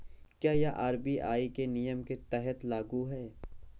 क्या यह आर.बी.आई के नियम के तहत लागू है?